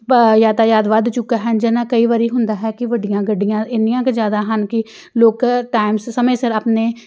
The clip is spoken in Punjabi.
ਪ ਯਾਤਾਯਾਤ ਵੱਧ ਚੁੱਕਾ ਹੈ ਜਾਂ ਕਈ ਵਾਰੀ ਹੁੰਦਾ ਹੈ ਕਿ ਵੱਡੀਆਂ ਗੱਡੀਆਂ ਇੰਨੀਆਂ ਕੁ ਜ਼ਿਆਦਾ ਹਨ ਕਿ ਲੋਕ ਟਾਈਮ ਸ ਸਮੇਂ ਸਿਰ ਆਪਣੇ